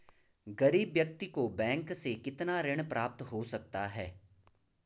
गरीब व्यक्ति को बैंक से कितना ऋण प्राप्त हो सकता है?